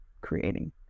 creating